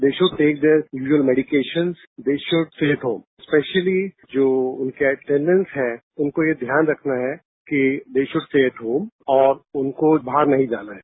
they should take their your medication they should stay home specially जो उनका attendant है उनको ये ध्यान रखना है कि दे शुड स्टे होम और उनको बाहर नहीं जाना है